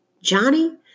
Johnny